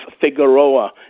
Figueroa